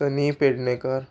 तनी पेडणेकर